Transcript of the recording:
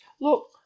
look